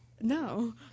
no